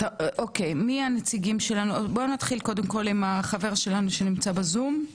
נתחיל עם חברנו בזום,